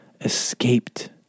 escaped